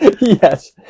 yes